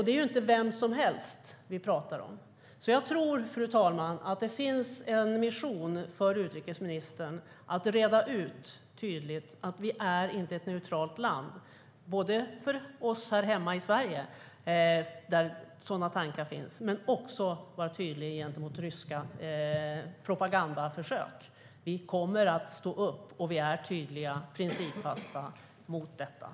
Det är inte vem som helst vi talar om.